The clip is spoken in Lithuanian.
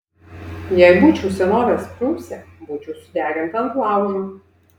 jei būčiau senovės prūsė būčiau sudeginta ant laužo